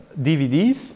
DVDs